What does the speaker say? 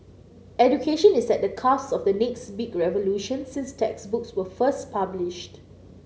education is at the cusp of the next big revolution since textbooks were first published